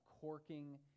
corking